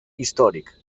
històric